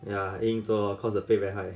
ya 硬硬做 lor cause the pay very high